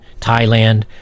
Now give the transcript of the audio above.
Thailand